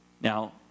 Now